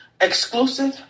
exclusive